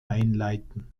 einleiten